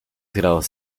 grados